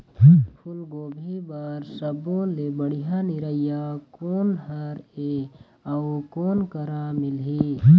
फूलगोभी बर सब्बो ले बढ़िया निरैया कोन हर ये अउ कोन करा मिलही?